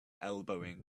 elbowing